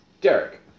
Derek